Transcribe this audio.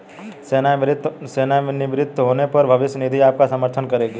सेवानिवृत्त होने पर भविष्य निधि आपका समर्थन करेगी